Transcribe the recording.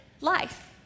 life